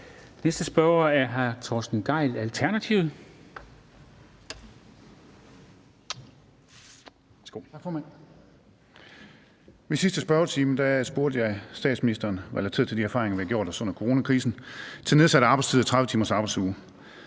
næste spørger er hr. Torsten Gejl, Alternativet.